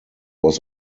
was